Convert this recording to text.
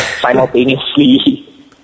simultaneously